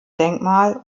denkmal